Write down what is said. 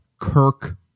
Kirk